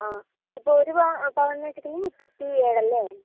ആ ഇപ്പോൾ ഒരു പ പവൻ എന്ന് വെച്ചിട്ടുണ്ടെങ്കിൽ മുപ്പത്തി ഏഴല്ലേ